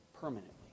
permanently